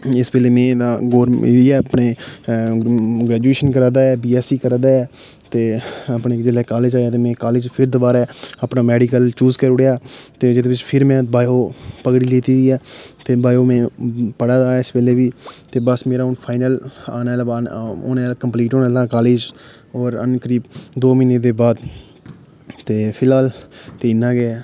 इस बैल्ले में ना में अपने अ अ ग्रेजुएशन करा दा बी एससी करा दे ऐ ते अपने जेल्लै कॉलेज आया में कॉलेज फेिर दोबारै अपना मेडिकल चूज करी उड़ेआ ते फिर बायो में पगड़ी लैती दी ऐ फिर बायो में पढ़ा दा इस बैल्ले बी बस मेरा हून फाइनल आना आह्ला बाद होने आह्ला कम्पलीट होने आह्ला होर करीब दो म्हीनें दे बाद ते फ़िलहाल ते इ'न्ना गै ऐ